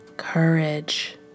Courage